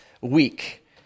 week